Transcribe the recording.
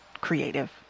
creative